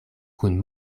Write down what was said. kun